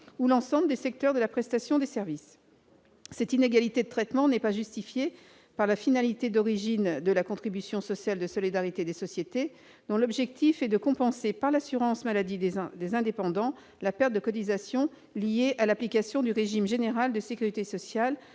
ou l'ensemble des secteurs de la prestation de services. Cette inégalité de traitement n'est pas justifiée par la finalité d'origine de la C3S, qui est de compenser, par le biais de l'assurance maladie des indépendants, la perte de cotisations liée à l'application du régime général de sécurité sociale